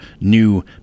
new